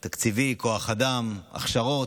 תקציבי, כוח אדם, הכשרות.